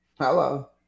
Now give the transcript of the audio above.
Hello